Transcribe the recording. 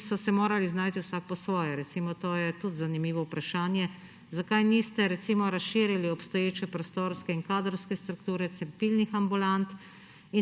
ki so se morali znajti vsak po svoje? Recimo to je tudi zanimivo vprašanje: Zakaj niste recimo razširili obstoječe prostorske in kadrovske strukture cepilnih ambulant?